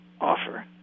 offer